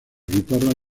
guitarras